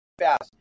fast